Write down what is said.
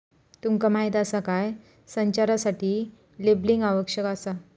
तुमका माहीत आसा काय?, संचारासाठी लेबलिंग आवश्यक आसा